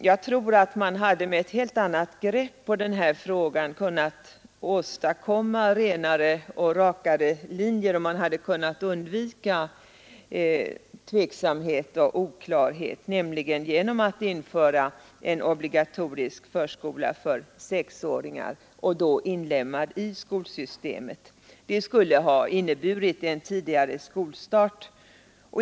Jag tror att man med ett helt annat grepp på denna fråga kunnat åstadkomma renare och rakare linjer, och man hade kunnat undvika tveksamhet och oklarhet genom att införa en obligatorisk förskola för sexåringar inlemmad i skolsystemet. Det skulle ha inneburit en tidigare skolstart.